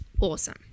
Awesome